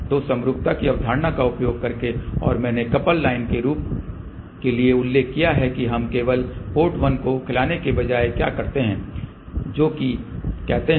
तो समरूपता की अवधारणा का उपयोग करके और मैंने कपल लाइन के लिए उल्लेख किया है कि हम केवल पोर्ट 1 को खिलाने के बजाय क्या करते हैं जो कि कहते हैं